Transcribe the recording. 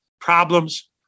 problems